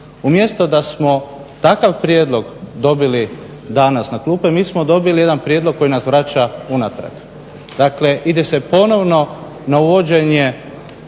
Umjesto da smo takav prijedlog dobili danas na klupe mi smo dobili jedan prijedlog koji nas vraća unatrag. Dakle, ide se ponovno na uvođenje